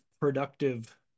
productive